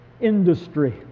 industry